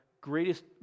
greatest